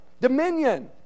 dominion